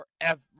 forever